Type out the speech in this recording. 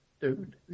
Dude